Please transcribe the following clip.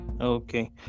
Okay